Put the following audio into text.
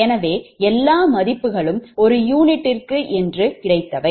எனவே எல்லா மதிப்புகளும் ஒரு யூனிட்டுக்கு என்று கிடைத்தவை